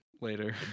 later